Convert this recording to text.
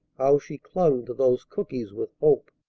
how she clung to those cookies with hope!